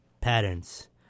Patterns